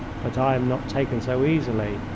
but i am not taken so easily.